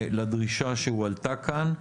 לדרישה שהועלתה כאן,